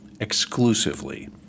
exclusively